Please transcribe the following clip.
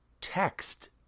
text